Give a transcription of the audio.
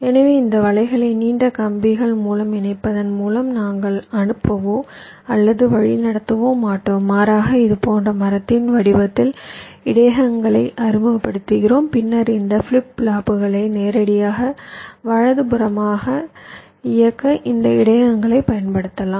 எனவே இந்த வலைகளை நீண்ட கம்பிகள் மூலம் இணைப்பதன் மூலம் நாங்கள் அனுப்பவோ அல்லது வழிநடத்தவோ மாட்டோம் மாறாக இதுபோன்ற மரத்தின் வடிவத்தில் இடையகங்களை அறிமுகப்படுத்துகிறோம் பின்னர் இந்த ஃபிளிப் ஃப்ளாப்புகளை நேரடியாக வலதுபுறமாக இயக்க இந்த இடையகங்களைப் பயன்படுத்தலாம்